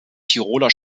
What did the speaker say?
tiroler